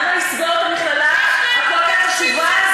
למה לסגור את המכללה החשובה כל כך הזו?